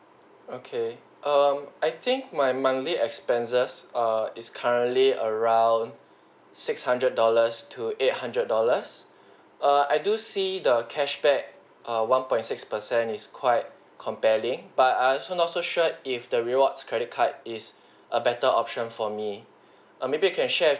okay um I think my monthly expenses err is currently around six hundred dollars to eight hundred dollars err I do see the cashback err one point six percent is quite compelling but I also not so sure if the rewards credit card is a better option for me err maybe you can share with